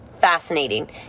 fascinating